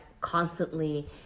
constantly